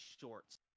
shorts